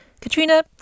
Katrina